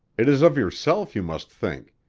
it is of yourself you must think.